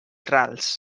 rals